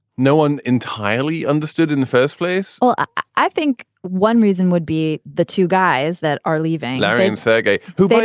no one entirely understood in the first place well, i think one reason would be the two guys that are leaving, larry and sergei, who, but